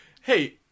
hey